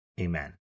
Amen